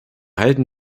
halten